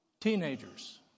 teenagers